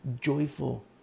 joyful